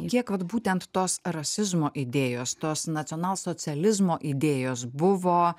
kiek vat būtent tos rasizmo idėjos tos nacionalsocializmo idėjos buvo